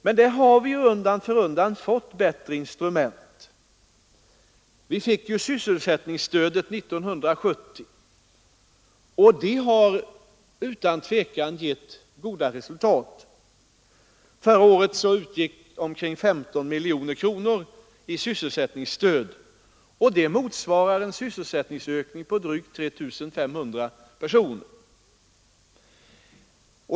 Men därvidlag har vi undan för undan fått bättre instrument. Sysselsättningsstödet tillkom 1970. Det har utan tvivel givit goda resultat. Förra året utgick omkring 15 miljoner kronor i sysselsättningsstöd, vilket motsvarar en sysselsättningsökning på drygt 3 500 personer.